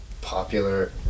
popular